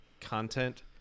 content